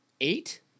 eight